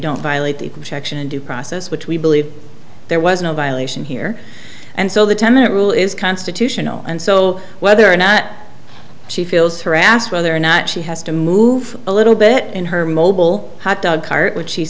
don't violate the objection and due process which we believe there was no violation here and so the tenant rule is constitutional and so whether or not she feels harassed whether or not she has to move a little bit in her mobile hotdog cart which she